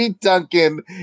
Duncan